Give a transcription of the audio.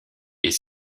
est